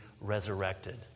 resurrected